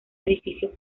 edificio